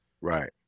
Right